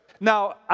Now